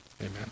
Amen